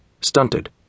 stunted